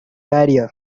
barrier